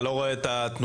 אתה לא רואה את התנודות?